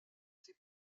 ses